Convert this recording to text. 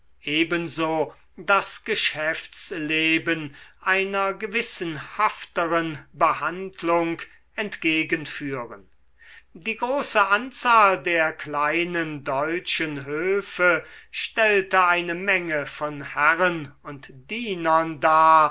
ebenso das geschäftsleben einer gewissenhafteren behandlung entgegenführen die große anzahl der kleinen deutschen höfe stellte eine menge von herren und dienern dar